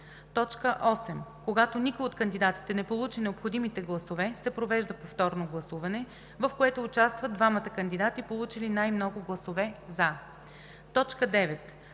„за“. 8. Когато никой от кандидатите не получи необходимите гласове, се провежда повторно гласуване, в което участват двамата кандидати, получили най-много гласове „за“. 9.